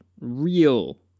real